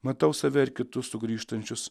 matau save ir kitus sugrįžtančius